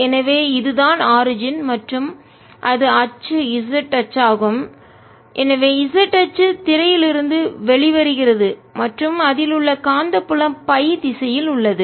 எனவே இது தான் ஆரிஜின் தோற்றம் மற்றும் அது அச்சு z அச்சாகும் எனவே z அச்சு திரையில் இருந்து வெளிவருகிறது மற்றும் அதில் உள்ள காந்தப்புலம் Φ திசையில் உள்ளது